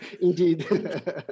Indeed